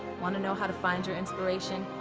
want to know how to find your inspiration?